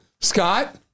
Scott